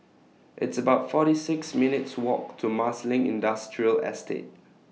It's about forty six minutes' Walk to Marsiling Industrial Estate